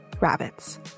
RABBITS